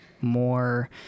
more